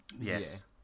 Yes